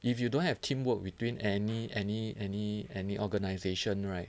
if you don't have teamwork between any any any any organisation right